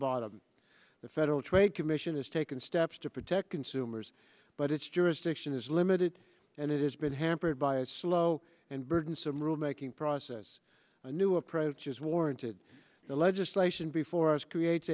bottom the federal trade commission has taken steps to protect consumers but its jurisdiction is limited and it has been hampered by its slow and burdensome rule making process a new approach is warranted the legislation before us creates